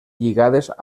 lligades